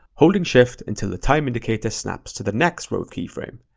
holding shift until the time indicator snaps to the next rove keyframe.